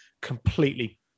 completely